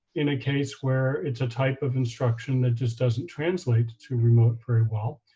in a case where it's a type of instruction that just doesn't translate to remote very well,